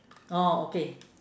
oh okay